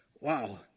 wow